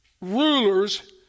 rulers